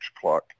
clock